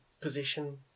position